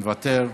מוותר,